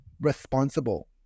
responsible